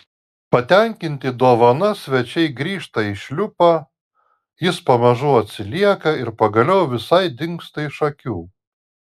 patenkinti dovana svečiai grįžta į šliupą jis pamažu atsilieka ir pagaliau visai dingsta iš akių